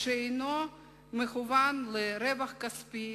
שאינו מכוון לרווח כספי